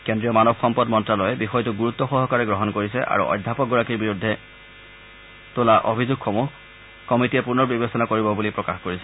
কেজ্ৰীয় মানৱ সম্পদ মন্ত্যালয়ে বিষয়টো গুৰুত্সহকাৰে গ্ৰহণ কৰিছে আৰু অধ্যাপকগৰাকীৰ বিৰুদ্ধে তোলা অভিযোগসমূহ কমিটিয়ে পুনৰ বিবেচনা কৰিব বুলি প্ৰকাশ কৰিছে